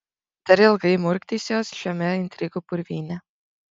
dar ilgai murkdysiuos šiame intrigų purvyne